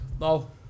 no